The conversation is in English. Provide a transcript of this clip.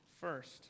first